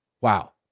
wow